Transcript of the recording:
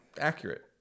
Accurate